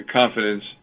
confidence